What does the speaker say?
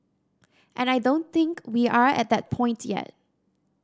and I don't think we are at that point yet